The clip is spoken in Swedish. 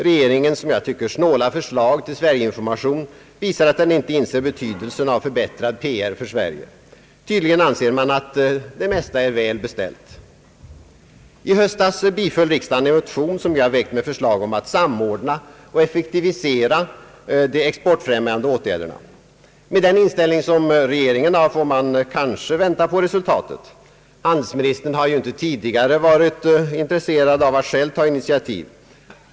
Regeringens snåla förslag till Sverigeinformation visar att den inte inser betydelsen av förbättrad PR för Sverige. Tydligen anser man att det mesta är väl beställt. I höstas biföll riksdagen en motion som jag väckt med förslag om att samordna och effektivisera de exportfrämjande åtgärderna. Med den inställning som regeringen har får man kanske vänta på resultatet. Handelsministern har ju inte tidigare varit intresserad av att själv ta initiativ.